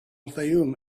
fayoum